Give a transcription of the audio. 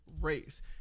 race